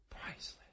priceless